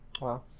Wow